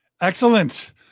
Excellent